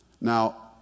Now